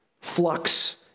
flux